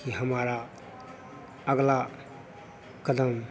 कि हमारा अगला कदम